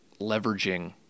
leveraging